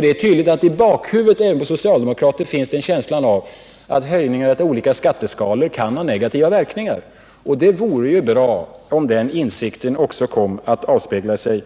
Det är tydligt att det i bakhuvudet även på socialdemokrater finns en känsla av att höjningar av olika skatteskalor kan ha negativa verkningar. Det vore bra om den insikten också kom att avspegla sig